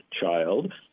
child